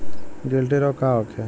गिल्टी रोग का होखे?